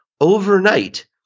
overnight